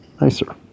nicer